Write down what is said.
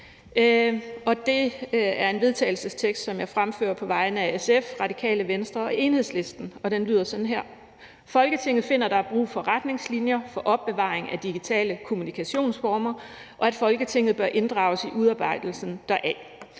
til vedtagelse, som jeg fremfører på vegne af SF, Radikale Venstre og Enhedslisten, og det lyder sådan her: Forslag til vedtagelse »Folketinget finder, at der er brug for retningslinjer for opbevaring af digitale kommunikationsformer, og at Folketinget bør inddrages i udarbejdelsen heraf.